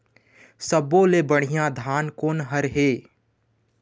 सब्बो ले बढ़िया धान कोन हर हे?